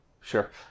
Sure